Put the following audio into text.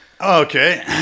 Okay